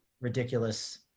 ridiculous